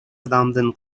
адамдын